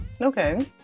Okay